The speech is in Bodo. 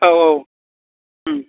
औ औ उम